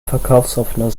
verkaufsoffener